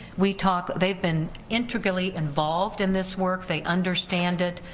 we talk, they've been integrally involved in this work, they understand it,